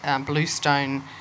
bluestone